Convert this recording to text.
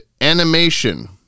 Animation